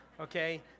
Okay